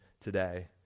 today